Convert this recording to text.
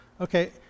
Okay